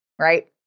Right